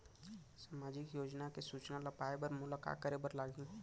सामाजिक योजना के सूचना ल पाए बर मोला का करे बर लागही?